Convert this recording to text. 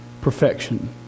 perfection